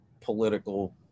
political